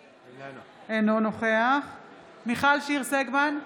אינו נוכח מיכל שיר סגמן,